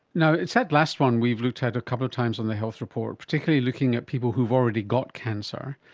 you know it's that last one we've looked at a couple of times on the health report, particularly looking at people who have already got cancer,